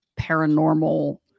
paranormal